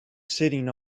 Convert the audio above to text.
sitting